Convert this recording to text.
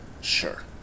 Sure